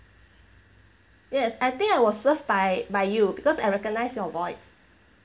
yes I think I was served by you because I recognize your voice